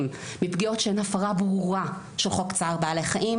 מפגיעות שהן הפרה ברורה של חוק צער בעלי חיים.